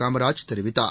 காமராஜ் தெரிவித்தார்